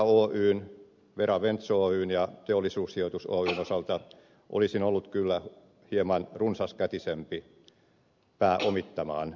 vera oyn veraventure oyn ja teollisuussijoitus oyn osalta olisin ollut kyllä hieman runsaskätisempi pääomittamaan niitä